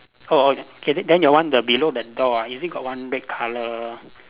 orh okay then your one the below the door ah is it got one red colour